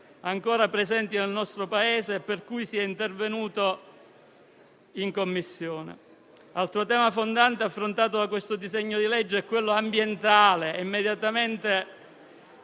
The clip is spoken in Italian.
ancora presenti nel Paese per cui si è intervenuti in Commissione. Altro tema fondante affrontato da questo disegno di legge è quello ambientale. Penso immediatamente